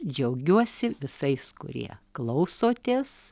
džiaugiuosi visais kurie klausotės